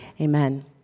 amen